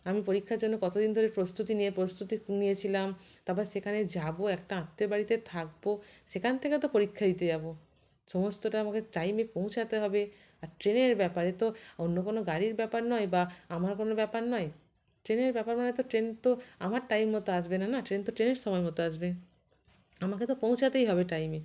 আমি পরীক্ষার জন্য কতদিন ধরে প্রস্তুতি নিয়ে প্রস্তুতি নিয়েছিলাম তারপর সেখানে যাবো একটা আত্মীয়র বাড়িতে থাকবো সেখান থেকে তো পরীক্ষা দিতে যাবো সমস্তটা আমাকে টাইমে পৌঁছাতে হবে আর ট্রেনের ব্যাপার এ তো অন্য কোনো গাড়ির ব্যাপার নয় বা আমার কোনো ব্যাপার নয় ট্রেনের ব্যাপার মানে তো ট্রেন তো আমার টাইম মতো আসবে না না ট্রেন তো ট্রেনের সময় মতো আসবে আমাকে তো পৌঁছাতেই হবে টাইমে